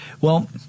Well-